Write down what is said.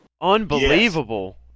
Unbelievable